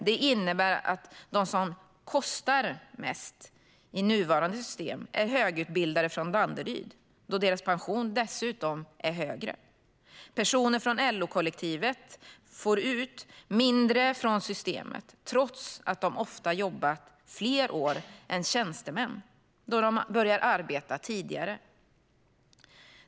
Det innebär att de som "kostar" mest i nuvarande system är högutbildade från Danderyd, då deras pension dessutom är högre. Personer från LO-kollektivet "får ut" mindre från systemet trots att de ofta jobbat fler år än tjänstemän, då de börjar arbeta tidigare.